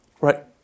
right